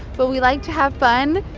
but we like to have fun.